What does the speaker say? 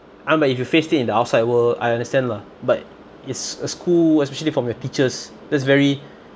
I mean but if you faced it in the outside world I understand lah but is a school especially from your teachers that's very